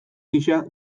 gisa